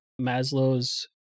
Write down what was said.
Maslow's